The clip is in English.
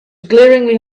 glaringly